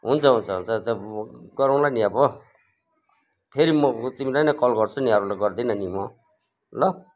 हुन्छ हुन्छ हुन्छ गरौँला नि अब फेरि म तिमीलाई नै कल गर्छु नि अरूलाई गर्दिनँ नि म ल